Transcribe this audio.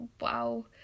Wow